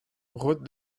route